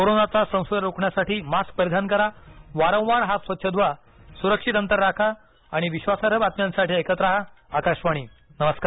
कोरोनाचा संसर्ग रोखण्यासाठी मास्क परिधान करा वारंवार हात स्वच्छ धुवा सुरक्षित अंतर राखा आणि विश्वासार्ह बातम्यांसाठी ऐकत राहा आकाशवाणी नमस्कार